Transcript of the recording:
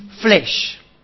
flesh